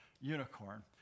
unicorn